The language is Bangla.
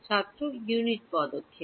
ছাত্র ইউনিট পদক্ষেপ